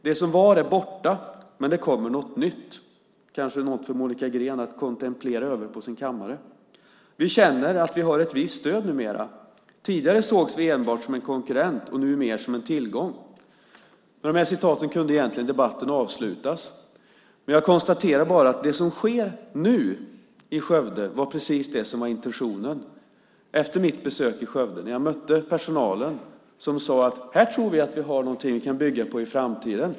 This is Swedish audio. Det som var är borta, men det kommer något nytt." Det är kanske något för Monica Green att kontemplera över på sin kammare. "Vi känner att vi har ett visst stöd numera. Tidigare sågs vi enbart som en konkurrent och nu mer som en tillgång." Med de här citaten kunde egentligen debatten avslutas. Men jag konstaterar bara att det som sker nu i Skövde är precis det som var intentionen efter mitt besök i Skövde. Jag mötte personalen, som sade: Här tror vi att vi har någonting vi kan bygga på i framtiden.